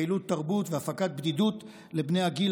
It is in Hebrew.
פעילות תרבות והפגת בדידות לבני הגיל